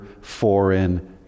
foreign